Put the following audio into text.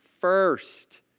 first